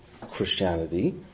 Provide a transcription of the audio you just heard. Christianity